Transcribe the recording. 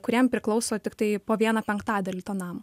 kuriem priklauso tiktai po vieną penktadalį to namo